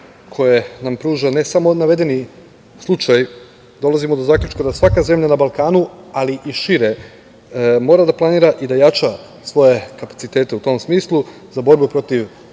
koje nam pruža ne samo navedeni slučaj, dolazimo do zaključka da svaka zemlja na Balkanu, ali i šire, mora da planira i da jača svoje kapacitet u tom smislu za borbu protiv